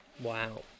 Wow